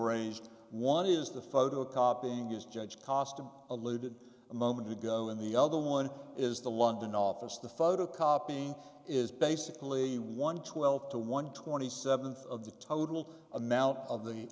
raised one is the photocopying is judge cost of lou did a moment ago in the other one is the london office the photocopying is basically one twelve to one twenty seventh of the total amount of the